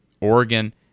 Oregon